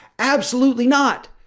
absolutely not.